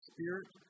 Spirit